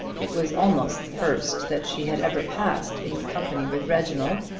it was almost the first that she had ever passed in company with reginald,